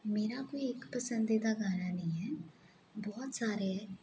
ਮੇਰਾ ਕੋਈ ਇੱਕ ਪਸੰਦੀਦਾ ਗਾਣਾ ਨਹੀਂ ਹੈ ਬਹੁਤ ਸਾਰੇ